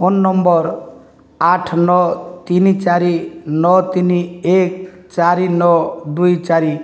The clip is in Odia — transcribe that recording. ଫୋନ ନମ୍ବର ଆଠ ନଅ ତିନି ଚାରି ନଅ ତିନି ଏକ ଚାରି ନଅ ଦୁଇ ଚାରି